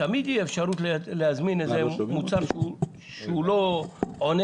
תמיד תהיה אפשרות להזמין מוצר שלא עונה